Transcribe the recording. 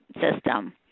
system